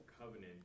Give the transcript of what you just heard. covenant